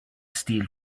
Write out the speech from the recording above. steal